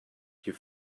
your